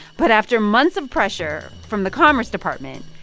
but after months of pressure from the commerce department,